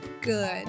good